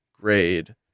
grade